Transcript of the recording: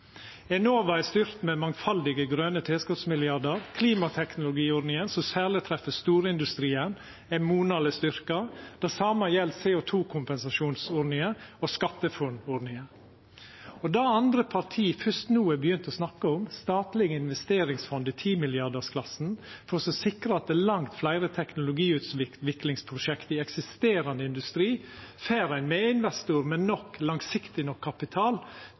Enova er styrkt med mangfaldige grøne tilskotsmilliardar. Klimateknologiordninga, som særleg treffer storindustrien, er monaleg styrkt. Det same gjeld CO 2 -kompensasjonsordniga og skatteforordninga. Når det gjeld det andre parti først no har begynt å snakka om, statlege investeringsfond i 10-milliardarklassen for å sikra at langt fleire teknologiutviklingsprosjekt i eksisterande industri får ein med-investor med nok langsiktig nok kapital